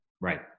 Right